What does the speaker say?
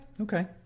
okay